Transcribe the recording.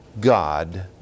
God